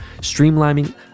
streamlining